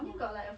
oh